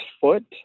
foot